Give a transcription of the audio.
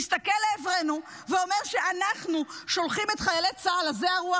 מסתכל לעברנו ואומר שאנחנו שולחים את חיילי צה"ל עזי הרוח,